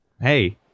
Hey